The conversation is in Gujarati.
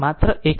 માત્ર 1 મિનિટ